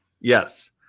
Yes